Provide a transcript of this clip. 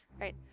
Right